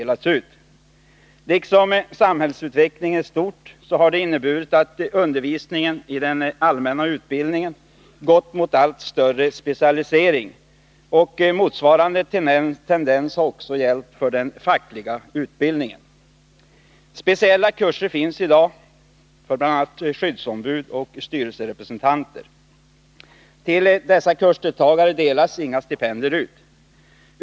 Liksom när det gäller samhällsutvecklingen i stort har undervisningen i den allmänna utbildningen gått mot allt större specialisering, och motsvarande tendens har gällt också för den fackliga utbildningen. Speciella kurser finns i dag för bl.a. skyddsombud och styrelserepresentanter. Till dessa kursdeltagare delas inga stipendier ut.